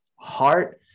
Heart